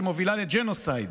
שמובילה לג'נוסייד,